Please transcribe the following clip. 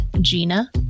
Gina